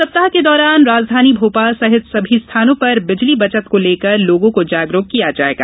सप्ताह के दौरान राजधानी भोपाल सहित सभी स्थानों पर बिजली बचत को लेकर लोगों को जागरुक किया जायेगा